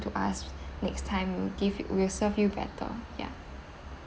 to us next time we'll give we'll serve you better ya